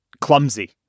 clumsy